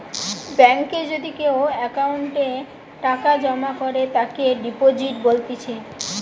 বেঙ্কে যদি কেও অ্যাকাউন্টে টাকা জমা করে তাকে ডিপোজিট বলতিছে